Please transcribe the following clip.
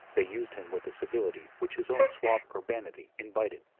they used him with the civility which his own suave urbanity invited.